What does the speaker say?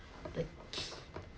the key